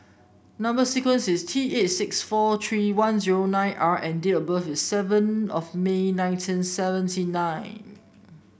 number sequence is T eight six four three one zero nine R and date of birth is seven of May nineteen seventy nine